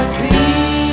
see